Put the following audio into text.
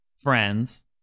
Friends